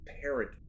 parent